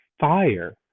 fire